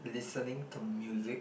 listening to music